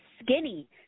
Skinny